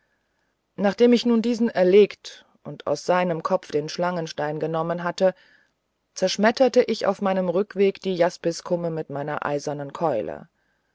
nachdem ich nun diesen erlegt und aus seinem kopf den schlangenstein genommen hatte zerschmetterte ich auf meinem rückweg die jaspiskumme mit meiner eisernen keule